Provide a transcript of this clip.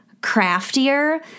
craftier